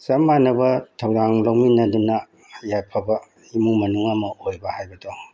ꯆꯞ ꯃꯥꯟꯅꯕ ꯊꯧꯗꯥꯡ ꯂꯧꯃꯤꯟꯅꯗꯨꯅ ꯌꯥꯏꯐꯕ ꯏꯃꯨꯡ ꯃꯅꯨꯡ ꯑꯃ ꯑꯣꯏꯕ ꯍꯥꯏꯕꯗꯣ